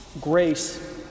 Grace